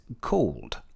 called